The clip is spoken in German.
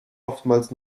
oftmals